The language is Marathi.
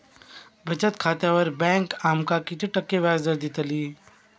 बचत खात्यार बँक आमका किती टक्के व्याजदर देतली?